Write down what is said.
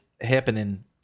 happening